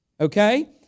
okay